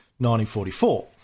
1944